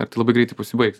ir tai labai greitai pasibaigs